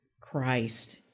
Christ